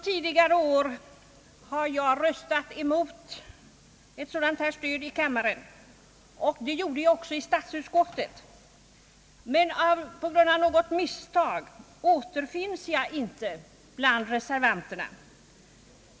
Tidigare har jag här i kammaren röstat mot ett sådant stöd, och jag gjorde det också vid årets behandling av frågan i statsutskottet, men på grund av något misstag återfinns jag inte bland reservanterna.